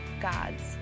God's